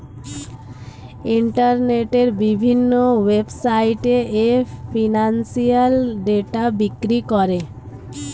ইন্টারনেটের বিভিন্ন ওয়েবসাইটে এ ফিনান্সিয়াল ডেটা বিক্রি করে